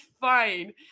fine